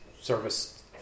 service